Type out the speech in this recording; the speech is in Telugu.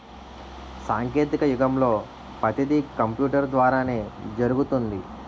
సాంకేతిక యుగంలో పతీది కంపూటరు ద్వారానే జరుగుతుంది